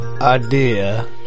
idea